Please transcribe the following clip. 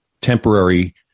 temporary